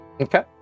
Okay